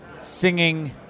singing